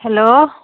hello